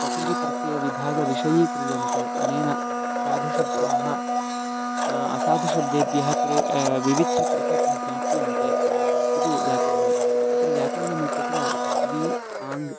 प्रकृतिः प्रत्ययः विभागविषयी क्रियन्ते अनेन साधुशब्दाः असाधु शब्देभ्यः प्र् विविच्छ पृथक् ज्ञापयन्ते इति व्याकरणम् अत्र व्याकरणम् इत्यत्र वि आङ्